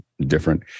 different